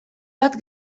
bat